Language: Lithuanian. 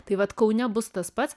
tai vat kaune bus tas pats